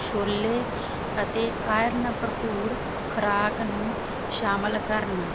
ਛੋਲੇ ਅਤੇ ਆਇਰਨ ਭਰਪੂਰ ਖੁਰਾਕ ਨੂੰ ਸ਼ਾਮਿਲ ਕਰਨ